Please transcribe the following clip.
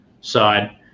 side